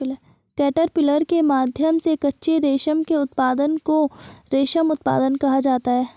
caterpillar के माध्यम से कच्चे रेशम के उत्पादन को रेशम उत्पादन कहा जाता है